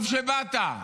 טוב שבאת,